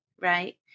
right